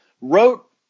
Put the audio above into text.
wrote